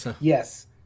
Yes